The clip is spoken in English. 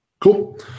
Cool